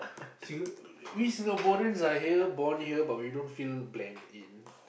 Singa~ we Singaporeans are here born here but we don't feel blend in